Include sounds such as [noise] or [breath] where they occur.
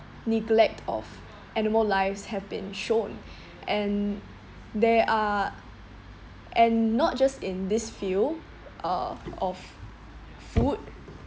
neglect of animal lives have been shown [breath] and there are and not just in this field uh of food